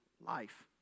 life